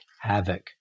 havoc